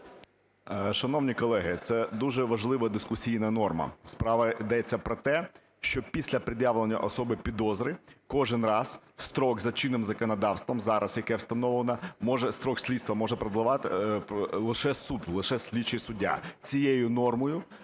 Шановні колеги, це дуже важлива дискусійна норма. Справа йдеться про те, що після пред'явлення особі підозри кожен раз строк за чинним законодавством, зараз яке встановлено, строк слідства може продлевати лише суд, лише слідчий суддя. Цією нормою